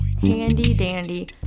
handy-dandy